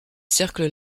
cercles